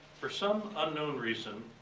for some unknown reason,